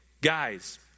guys